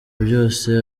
byose